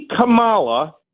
kamala